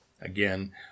again